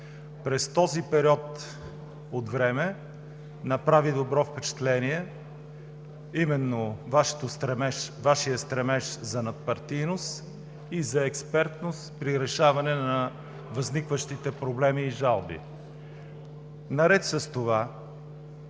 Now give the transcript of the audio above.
През този период от време направи добро впечатление именно Вашият стремеж за надпартийност и за експертност при решаване на възникващите проблеми и жалби. Наред с това,